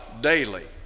daily